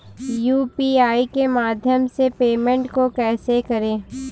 UPI के माध्यम से पेमेंट को कैसे करें?